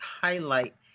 highlight